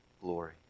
glory